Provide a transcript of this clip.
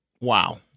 Wow